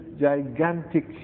gigantic